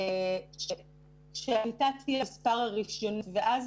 ש --- ואז